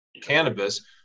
cannabis